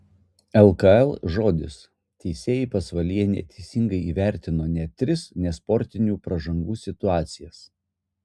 lkl žodis teisėjai pasvalyje neteisingai įvertino net tris nesportinių pražangų situacijas